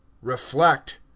reflect